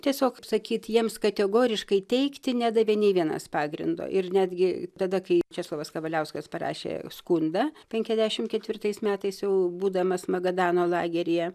tiesiog sakyt jiems kategoriškai teigti nedavė nei vienas pagrindo ir netgi tada kai česlovas kavaliauskas parašė skundą penkiasdešim ketvirtais metais jau būdamas magadano lageryje